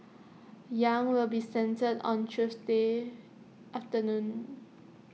yang will be sentenced on Tuesday afternoon